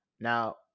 Now